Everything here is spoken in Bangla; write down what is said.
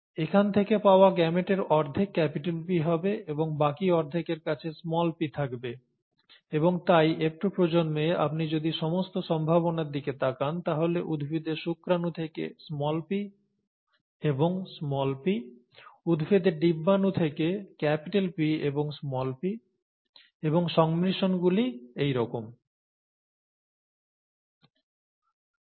এখান থেকে পাওয়া গেমেটের অর্ধেক P হবে এবং বাকি অর্ধেকের কাছে p থাকবে এবং তাই F2 প্রজন্মে আপনি যদি সমস্ত সম্ভাবনার দিকে তাকান তাহলে উদ্ভিদের শুক্রাণু থেকে p এবং p উদ্ভিদের ডিম্বাণু থেকে P এবং p এবং সংমিশ্রণগুলি PP Pp pP এবং pp